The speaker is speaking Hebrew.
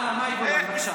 יאללה, מאי גולן, בבקשה.